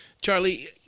charlie